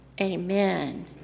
Amen